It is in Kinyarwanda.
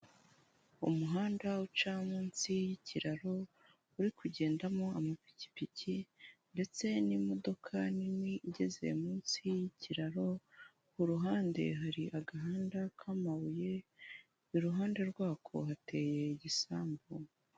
Umuhanda uca munsi y'ikiraro uri kugendamo amapikipiki ndetse n'imodoka nini igeze munsi y'ikiraro, ku ruhande hari agahanda k'amabuye, iruhande rwako hateye igisambu.